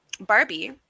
Barbie